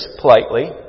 politely